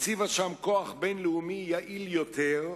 הציבה שם כוח בין-לאומי יעיל יותר,